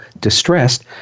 distressed